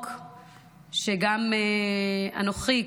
שגם אנוכי,